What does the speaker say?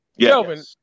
Kelvin